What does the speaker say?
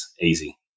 easy